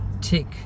tick